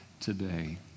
today